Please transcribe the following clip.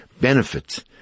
benefits